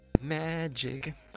magic